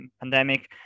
pandemic